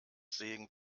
segen